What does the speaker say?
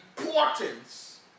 importance